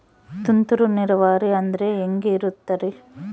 ತುಂತುರು ನೇರಾವರಿ ಅಂದ್ರೆ ಹೆಂಗೆ ಇರುತ್ತರಿ?